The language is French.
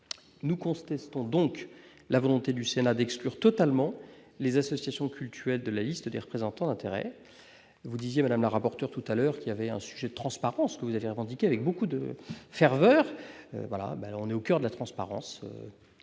nous constatons donc la volonté du Sénat d'exclure totalement les associations cultuelles de la liste des représentants d'intérêts vous disiez Madame la rapporteure tout à l'heure qu'il y avait un sujet transparence que vous avez revendiqué avec beaucoup de ferveur, voilà, on est au coeur de la transparence,